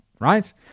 Right